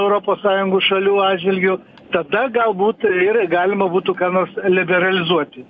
europos sąjungos šalių atžvilgiu tada galbūt ir galima būtų ką nors liberalizuoti